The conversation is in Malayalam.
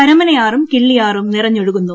കരമനയാറും കിള്ളിയാറും നിറഞ്ഞൊഴുകുന്നു